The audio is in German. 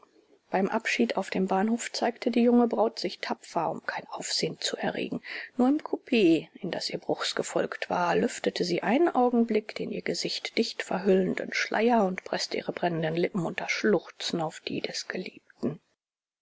beim abschied auf dem bahnhof zeigte die junge braut sich tapfer um kein aufsehen zu erregen nur im coup in das ihr bruchs gefolgt war lüftete sie einen augenblick den ihr gesicht dicht verhüllenden schleier und preßte ihre brennenden lippen unter schluchzen auf die des geliebten